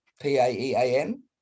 P-A-E-A-N